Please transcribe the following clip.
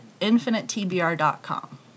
InfiniteTBR.com